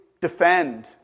defend